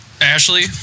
Ashley